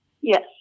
Yes